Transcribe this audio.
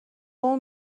اون